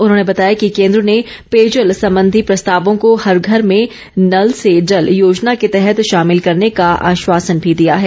उन्होंने बताया कि केन्द्र ने पेयजल संबंधी प्रस्तावों को हर घर में नल से जल योजना के तहत शामिल करने का आश्वासन भी दिया है